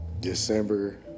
December